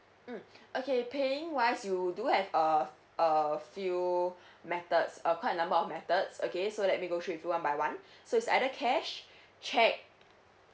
mm okay paying wise you do have uh a few methods uh quite a number of methods okay so let me go through with you one by one so is either cash cheque